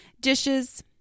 Dishes